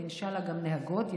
ואנשאללה גם נהגות,